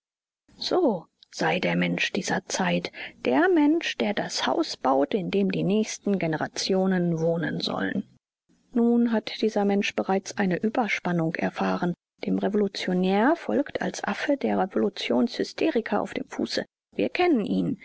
so sei der mensch dieser zeit der mensch der das haus baut in dem die nächsten generationen wohnen sollen nun hat dieser mensch bereits eine überspannung erfahren dem revolutionär folgt als affe der revolutionshysteriker auf dem fuße wir kennen ihn